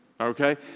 Okay